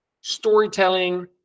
storytelling